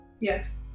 Yes